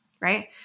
right